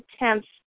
attempts